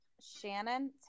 Shannon